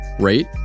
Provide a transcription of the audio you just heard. rate